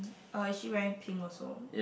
uh is she wearing pink also